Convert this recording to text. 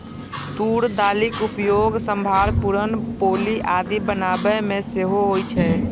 तूर दालिक उपयोग सांभर, पुरन पोली आदि बनाबै मे सेहो होइ छै